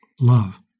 love